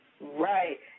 Right